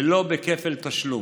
ולא בכפל תשלום.